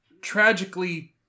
tragically